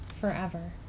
forever